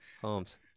Holmes